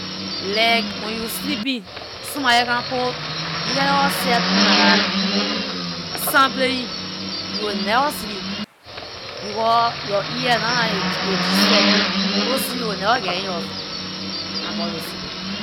Like wen you sleeping, somebody come put big hellabor set on like that. Sound playing, you will never sleep, because your ear nah now is disturb, so sleep will never get in your eyeball to sleep.